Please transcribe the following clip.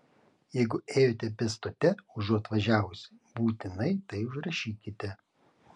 jeigu ėjote pėstute užuot važiavusi būtinai tai užrašykite